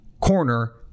corner